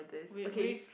wit with